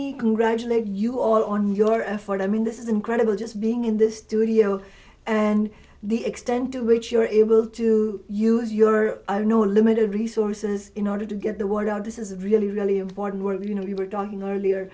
congratulate you all on your effort i mean this is incredible just being in the studio and the extent to which you're able to use your know limited resources in order to get the word out this is really really important we're you know we were talking earlier